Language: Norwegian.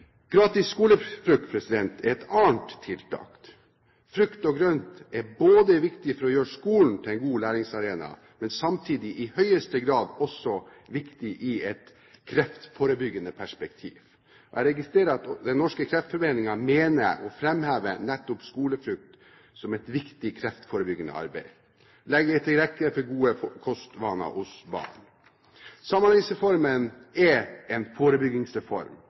Gratis skolefrukt er et annet tiltak. Frukt og grønt er viktig for å gjøre skolen til en god læringsarena og samtidig i høyeste grad også viktig i et kreftforebyggende perspektiv. Jeg registrerer at Den Norske Kreftforening mener og framhever nettopp skolefrukt som et viktig kreftforebyggende arbeid – å legge til rette for gode kostvaner hos barn. Samhandlingsreformen er en forebyggingsreform,